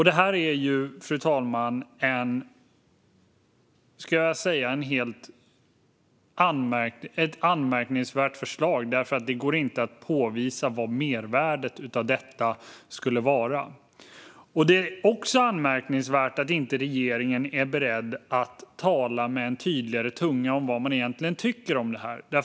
Det är ett anmärkningsvärt förslag, för det går inte att påvisa vad mervärdet av det skulle vara. Det är också anmärkningsvärt att regeringen inte är beredd att tala tydligare om vad man egentligen tycker.